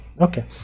okay